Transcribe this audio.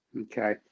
Okay